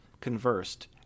conversed